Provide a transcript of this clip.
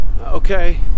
okay